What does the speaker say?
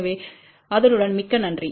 எனவே அதனுடன் மிக்க நன்றி